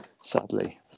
sadly